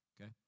Okay